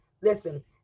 Listen